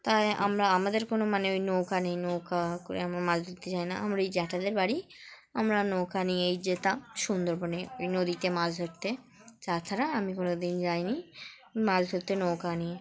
তাই আমরা আমাদের কোনো মানে ওই নৌকা নেই নৌকা করে আমরা মাছ ধরতে যাই না আমরা এই জ্যাঠাদের বাড়ি আমরা নৌকা নিয়েই যেতাম সুন্দরবনে ওই নদীতে মাছ ধরতে তাাছাড়া আমি কোনোদিন যাইনি মাছ ধরতে নৌকা নিয়ে